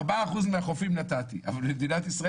ארבעה אחוז מהחופים נתתי אבל במדינת ישראל